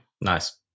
Nice